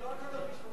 רק על הראשונה.